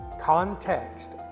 Context